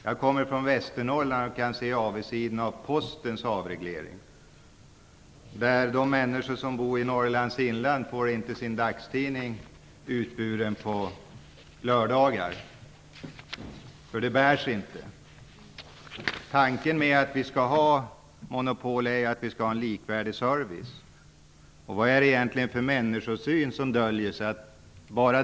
Jag kommer från Västernorrland och kan se avigsidorna av Postens avreglering. De människor som bor i Norrlands inland får inte sin dagstidning utburen på lördagar, för det bär sig inte. Tanken bakom att vi skall ha monopol är att vi skall ha en likvärdig service. Vilken människosyn är det egentligen som döljer sig här?